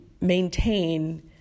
maintain